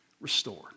restored